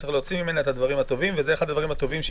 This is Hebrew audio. צריך להוציא ממנה את הדברים הטובים,